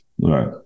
right